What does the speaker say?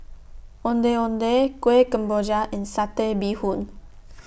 Ondeh Ondeh Kueh Kemboja and Satay Bee Hoon